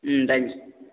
ம் தேங்க்ஸ்